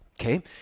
Okay